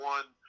One